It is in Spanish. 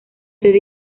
sede